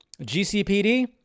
GCPD